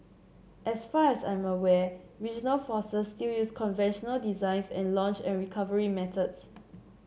as far as I am aware regional forces still use conventional designs and launch and recovery methods